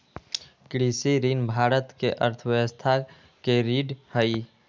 कृषि ऋण भारत के अर्थव्यवस्था के रीढ़ हई